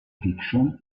fiction